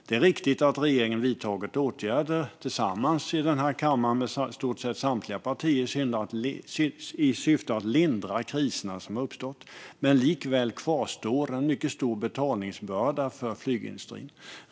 Det är riktigt att regeringen vidtagit åtgärder tillsammans med i stort sett samtliga partier i den här kammaren i syfte att lindra kriserna som uppstått. Men likväl kvarstår en mycket stor betalningsbörda för flygindustrin.